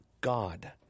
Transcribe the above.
God